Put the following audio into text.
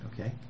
Okay